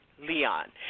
Leon